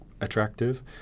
attractive